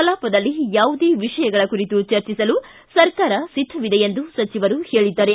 ಕಲಾಪದಲ್ಲಿ ಯಾವುದೇ ವಿಷಯಗಳ ಕುರಿತು ಚರ್ಚಿಸಲು ಸರ್ಕಾರ ಸಿದ್ದವಿದೆ ಎಂದು ಸಚಿವರು ಹೇಳಿದ್ದಾರೆ